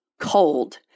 cold